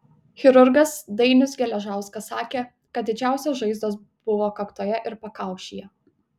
chirurgas dainius geležauskas sakė kad didžiausios žaizdos buvo kaktoje ir pakaušyje